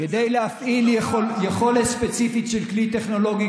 כדי להפעיל יכולת ספציפית של כלי טכנולוגי